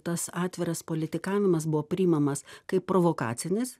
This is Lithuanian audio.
tas atviras politikavimas buvo priimamas kaip provokacinis